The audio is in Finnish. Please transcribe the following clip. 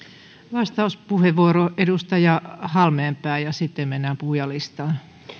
vastauspuheenvuoro edustaja halmeenpää ja sitten mennään puhujalistaan